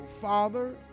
Father